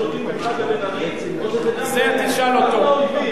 יש לו דין אחד לבן-ארי או שזה גם לאויבים?